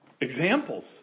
examples